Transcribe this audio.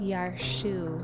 Yarshu